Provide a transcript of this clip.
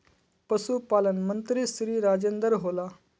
पशुपालन मंत्री श्री राजेन्द्र होला?